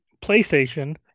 playstation